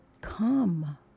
Come